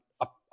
up